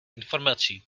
informací